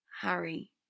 Harry